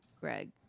Greg